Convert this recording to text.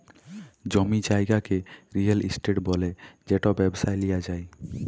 জমি জায়গাকে real estate ব্যলে যেট ব্যবসায় লিয়া যায়